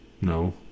No